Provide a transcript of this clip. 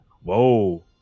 Whoa